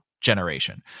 generation